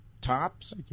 tops